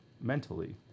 mentally